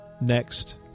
Next